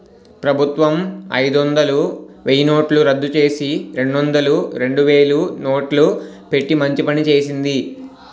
ప్రభుత్వం అయిదొందలు, వెయ్యినోట్లు రద్దుచేసి, రెండొందలు, రెండువేలు నోట్లు పెట్టి మంచి పని చేసింది